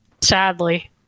sadly